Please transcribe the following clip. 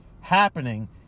happening